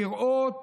לראות